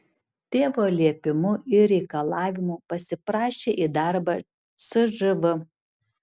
tėvo liepimu ir reikalavimu pasiprašė į darbą cžv